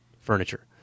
furniture